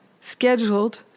scheduled